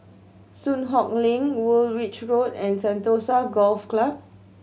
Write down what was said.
Soon Hock Lane Woolwich Road and Sentosa Golf Club